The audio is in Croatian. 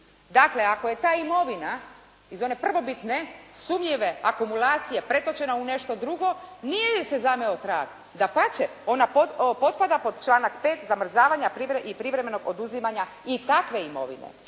Dakle, ako je ta imovina iz one prvobitne, sumnjive akumulacije pretočena u nešto drugo, nije joj se zameo trag. Dapače, ona potpada pod članak 5. zamrzavanja i privremenog oduzimanja i takve imovine.